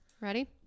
Ready